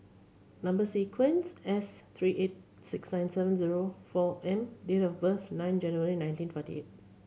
number sequence S three eight six nine seven zero four M date of birth nine January nineteen forty eight